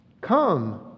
Come